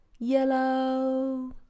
Yellow